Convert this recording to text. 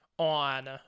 on